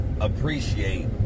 appreciate